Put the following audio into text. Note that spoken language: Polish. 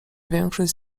większość